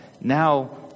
now